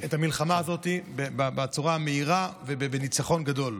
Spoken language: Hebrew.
מכובדיי כולם,